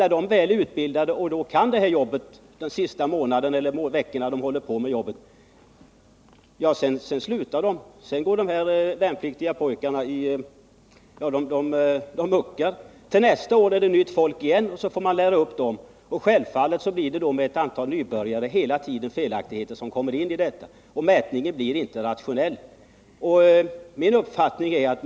När den väl är utbildad och kan det här jobbet slutar den; då muckar de värnpliktiga pojkarna. Nästa år är det nytt folk igen, som man får lära upp. Självfallet blir det felaktigheter när man hela tiden arbetar med ett antal nybörjare.